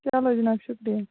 چلو جِناب شُکریہ